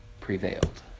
prevailed